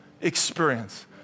experience